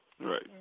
Right